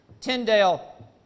Tyndale